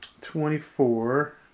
Twenty-four